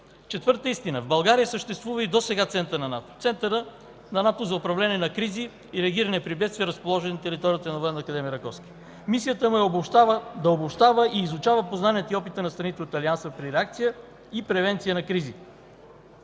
Четвърта истина: в България съществува и досега център на НАТО. Центърът на НАТО за управление за кризи и реагиране при бедствия е разположен на територията на Военна академия „Раковски”. Мисията му е да обобщава и изучава познанията и опита на страните от Алианса при реакция и превенция на кризи,